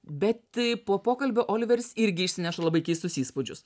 bet po pokalbio oliveris irgi išsineša labai keistus įspūdžius